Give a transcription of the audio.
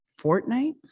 Fortnite